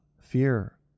fear